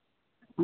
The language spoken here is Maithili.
हॅं